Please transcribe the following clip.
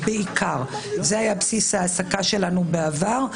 זה היה בסיס ההעסקה שלנו בעבר.